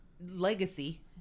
legacy